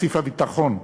תקציב הביטחון.